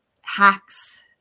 hacks